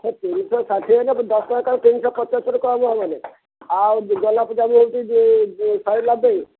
ତିନିଶହ ଷାଠିଏ ହେଲେ ଦଶ ଟଙ୍କା ତିନିଶହ ପଚାଷରୁ କମ ହେବନି ଆଉ ଗଲା ପୂଜାରେ ହେଉଛି ଶହେ ନବେ